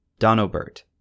Donobert